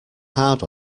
hard